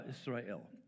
Israel